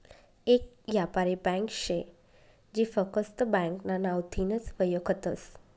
येक यापारी ब्यांक शे जी फकस्त ब्यांकना नावथीनच वयखतस